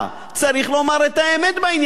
צריך לומר את האמת בעניין הזה.